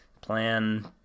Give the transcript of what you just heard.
plan